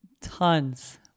Tons